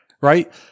right